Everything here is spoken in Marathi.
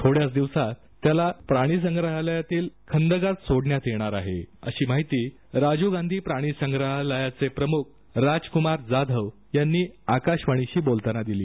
थोड्याच दिवसात त्याला प्राणिसंग्रहालयातील खदकात सोडण्यात येणार आहे अशी माहिती राजीव गांधी प्राणीसंग्रहालयाचे प्रमुख राजकुमार जाधव यांनी आकाशवाणीशी बोलताना दिली